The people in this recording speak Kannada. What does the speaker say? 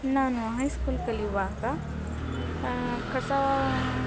ನಾನು ಹೈ ಸ್ಕೂಲ್ ಕಲಿಯುವಾಗ ಕಸ